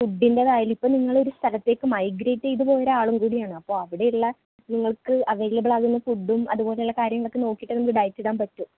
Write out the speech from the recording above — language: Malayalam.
ഫുഡിൻ്റെതായാലും ഇപ്പോൾ നിങ്ങളൊരു സ്ഥലത്തേക്ക് മൈഗ്രേറ്റ് ചെയ്ത് പോയ ഒരാളും കൂടിയാണ് അപ്പോൾ അവിടെയുള്ള നിങ്ങൾക്ക് അവൈലബിൾ ആകുന്ന ഫുഡ്ഡും അതുപോലുള്ള കാര്യങ്ങളൊക്കെ നോക്കിയിട്ടേ നിങ്ങൾക്ക് ഡയറ്റ് ഇടാൻ പറ്റൂ